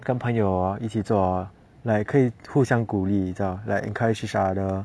跟朋友一起做 hor like 可以互相鼓励 like encourage each other